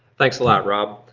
thanks a lot rob.